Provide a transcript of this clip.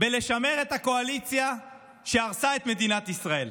בלשמר את הקואליציה שהרסה את מדינת ישראל?